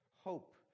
hope